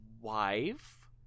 wife